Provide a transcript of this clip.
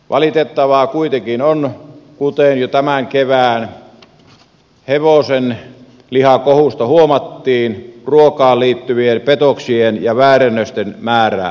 valitettavaa kuitenkin on kuten jo tämän kevään hevosenlihakohusta huomattiin että ruokaan liittyvien petoksien ja väärennösten määrä kasvaa